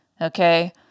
Okay